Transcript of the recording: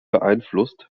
beeinflusst